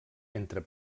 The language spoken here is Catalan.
entre